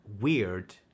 weird